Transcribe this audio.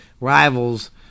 rivals